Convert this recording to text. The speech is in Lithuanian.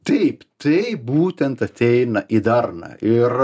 taip tai būtent ateina į darną ir